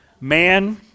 man